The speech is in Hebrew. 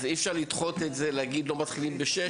לכן אי אפשר לדחות ולומר שלא יתחילו בשש,